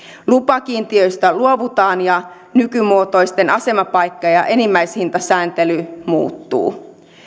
lupakiintiöistä luovutaan ja nykymuotoinen asemapaikka ja ja enimmäishintasääntely muuttuvat